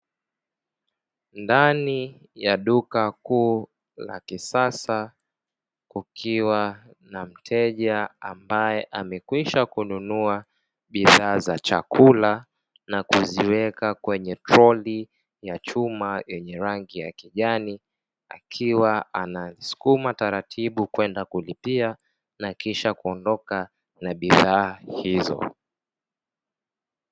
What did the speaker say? Ndani ya duka kuu la kisasa, kukiwa na mteja ambaye amekwisha kununua bidhaa za chakula na kuziweka kwenye troli ya chuma yenye rangi ya kijani, akiwa anazisukuma taratibu kwenda kulipia na kisha kuondoka na bidhaa hizo.